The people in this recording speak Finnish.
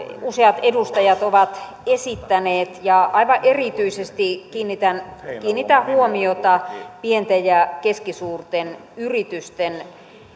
useat edustajat ovat esittäneet ja aivan erityisesti kiinnitän kiinnitän huomiota pienten ja keskisuurten yritysten